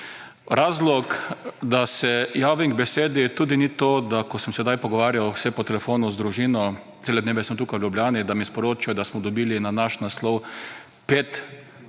Razlog, da se javim k besedi, tudi ni to, ko sem se sedaj pogovarjal po telefonu z družino, cele dneve sem tukaj v Ljubljani, da mi sporočijo, da smo dobili na naš naslov pet